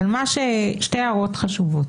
שתי הערות חשובות.